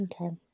Okay